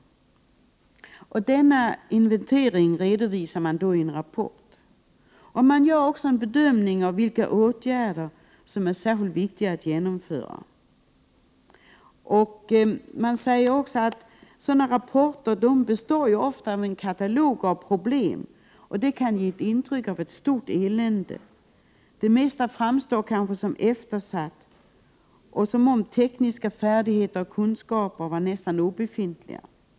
Denna inventering redovisas i förevarande rapport. I denna görs också en bedömning av vilka åtgärder som enligt livsmedelsverket är särskilt viktiga att genomföra. Det ligger i sakens natur att en inventering av förevarande slag som till huvuddelen består av en katalog av problem ger intryck av stort elände. Det mesta framstår som eftersatt och våra tekniska färdigheter och kunskaper som nästan obefintliga.